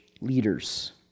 leaders